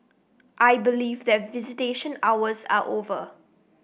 I believe that visitation hours are over